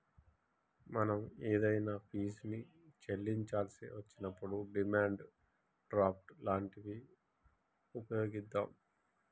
మనం ఏదైనా ఫీజుని చెల్లించాల్సి వచ్చినప్పుడు డిమాండ్ డ్రాఫ్ట్ లాంటివి వుపయోగిత్తాం